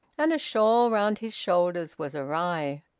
and a shawl round his shoulders was awry.